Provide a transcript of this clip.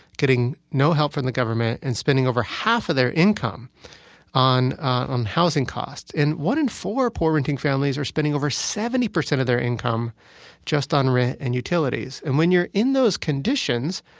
getting no help from the government, and spending over half of their income on on housing costs. one in four poor renting families are spending over seventy percent of their income just on rent and utilities. and when you're in those conditions,